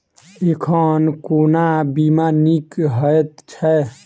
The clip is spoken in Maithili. एखन कोना बीमा नीक हएत छै?